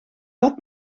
dat